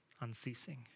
unceasing